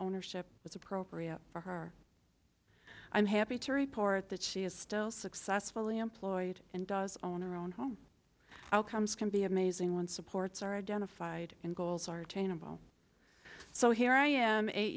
ownership is appropriate for her i'm happy to report that she is still successfully employed and does own our own home outcomes can be amazing when supports are identified and goals are trainable so here i am in eight